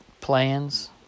plans